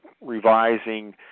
revising